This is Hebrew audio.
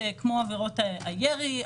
כמו עבירות ירי,